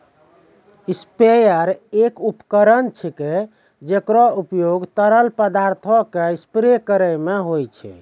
sprayer एक उपकरण छिकै, जेकरो उपयोग तरल पदार्थो क स्प्रे करै म होय छै